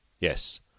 Yes